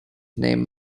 named